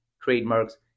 trademarks